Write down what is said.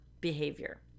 behavior